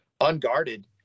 Unguarded